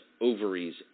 ovaries